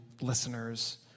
listeners